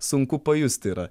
sunku pajusti yra